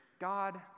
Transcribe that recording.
God